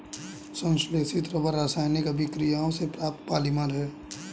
संश्लेषित रबर रासायनिक अभिक्रियाओं से प्राप्त पॉलिमर है